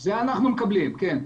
אנחנו מקבלים, כן.